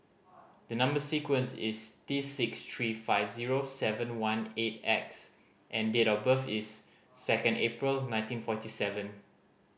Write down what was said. the number sequence is T six three five zero seven one eight X and date of birth is second April nineteen forty seven